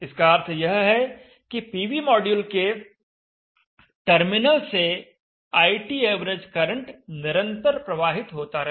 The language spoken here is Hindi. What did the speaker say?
इसका अर्थ यह है कि पीवी मॉड्यूल के टर्मिनल से ITav करंट निरंतर प्रवाहित होता रहे